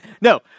No